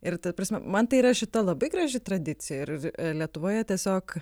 ir ta prasme man tai yra šita labai graži tradicija ir lietuvoje tiesiog